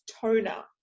toner